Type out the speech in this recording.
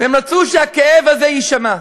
והם רצו שהכאב הזה יישמע.